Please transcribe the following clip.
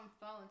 phones